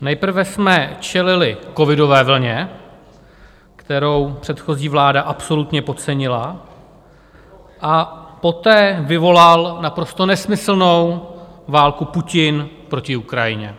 Nejprve jsme čelili covidové vlně, kterou předchozí vláda absolutně podcenila, poté vyvolal naprosto nesmyslnou válku Putin proti Ukrajině.